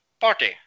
party